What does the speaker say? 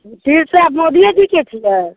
तीर छाप मोदियेजीकेँ छियै